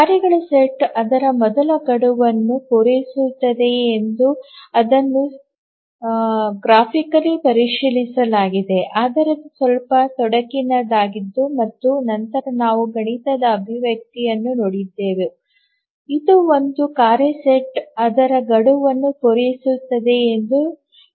ಕಾರ್ಯಗಳ ಸೆಟ್ ಅದರ ಮೊದಲ ಗಡುವನ್ನು ಪೂರೈಸುತ್ತದೆಯೇ ಎಂದು ಅದನ್ನು ಸಚಿತ್ರವಾಗಿ ಪರಿಶೀಲಿಸಲಾಗಿದೆ ಆದರೆ ಅದು ಸ್ವಲ್ಪ ತೊಡಕಿನದ್ದಾಗಿತ್ತು ಮತ್ತು ನಂತರ ನಾವು ಗಣಿತದ ಅಭಿವ್ಯಕ್ತಿಯನ್ನು ನೋಡಿದೆವು ಇದು ಒಂದು ಕಾರ್ಯ ಸೆಟ್ ಅದರ ಗಡುವನ್ನು ಪೂರೈಸುತ್ತದೆಯೇ ಎಂದು ಹೇಳುತ್ತದೆ